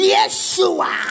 Yeshua